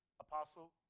Apostle